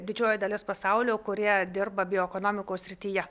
didžioji dalis pasaulio kurie dirba bioekonomikos srityje